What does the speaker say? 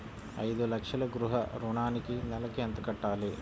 ఐదు లక్షల గృహ ఋణానికి నెలకి ఎంత కట్టాలి?